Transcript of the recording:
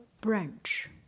branch